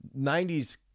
90s